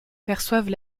perçoivent